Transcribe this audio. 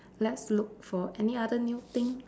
let's look for any other new thing